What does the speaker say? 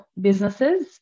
businesses